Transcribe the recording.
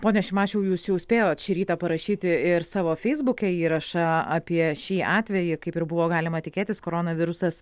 pone šimašiau jūs jau spėjot šį rytą parašyti ir savo feisbuke įrašą apie šį atvejį kaip ir buvo galima tikėtis koronavirusas